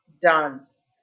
dance